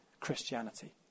Christianity